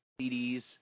CDs